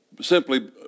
Simply